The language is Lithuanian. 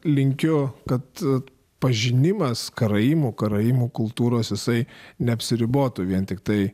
linkiu kad pažinimas karaimų karaimų kultūros jisai neapsiribotų vien tiktai